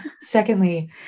Secondly